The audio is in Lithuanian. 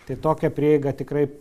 tai tokią prieigą tikrai